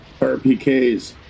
RPKs